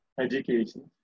education